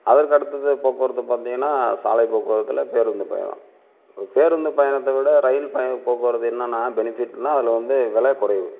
அதற்கு அடுத்தது போக்குவரத்து பார்த்தீங்கனா சாலை போக்குவரத்தில் பேருந்து பயணம் இப்போ பேருந்து பயணத்தை விட ரயில் போக்குவரத்து என்னான்ன பெனிஃபிட்னா அதில் வந்து விலை குறைவு